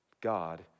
God